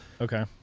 Okay